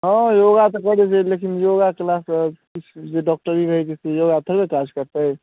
हँ योगा तऽ करैत छी लेकिन योगा कयलासँ किछु जे डॉक्टरी रहैत छै से थोड़े काज करतै